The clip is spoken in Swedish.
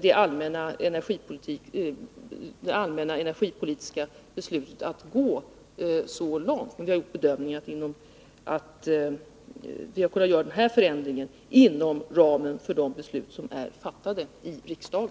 det allmänna energipolitiska beslutet — att gå så långt, men vi har gjort bedömningen att vi har kunnat genomföra den nu aktuella förändringen inom ramen för de beslut som riksdagen har fattat.